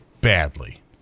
badly